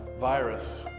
virus